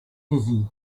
dizzy